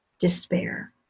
despair